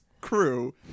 crew